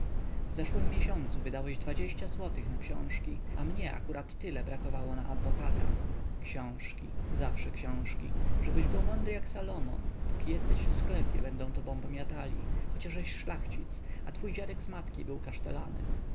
w zeszłym miesiącu wydałeś dwadzieścia złotych na książki a mnie akurat tyle brakowało na adwokata książki zawsze książki żebyś był mądry jak salomon póki jesteś w sklepie będą tobą pomiatali chociażeś szlachcic a twój dziadek z matki był kasztelanem